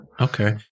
Okay